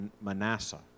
Manasseh